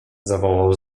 zawołał